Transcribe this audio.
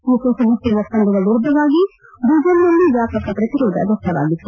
ವಿಶ್ವಸಂಸ್ಥೆ ಒಪ್ಪಂದದ ವಿರುದ್ದವಾಗಿ ಬ್ರುಜಲ್ನಲ್ಲಿ ವ್ಯಾಪಕ ಪ್ರತಿರೋಧ ವ್ಯಕ್ತವಾಗಿತ್ತು